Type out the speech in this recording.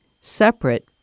separate